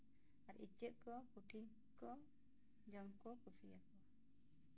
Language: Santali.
ᱟᱨ ᱤᱪᱟᱹᱜ ᱠᱚ ᱯᱩᱴᱷᱤ ᱦᱟᱹᱠᱩ ᱦᱚᱸ ᱡᱚᱢ ᱠᱚ ᱠᱩᱥᱤᱣᱟᱠᱚᱣᱟ